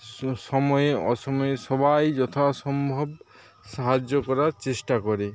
স সময়ে অসময়ে সবাই যথাসম্ভব সাহায্য করার চেষ্টা করে